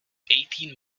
eighteen